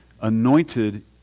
anointed